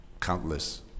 countless